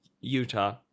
utah